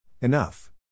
Enough